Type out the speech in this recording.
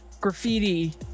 graffiti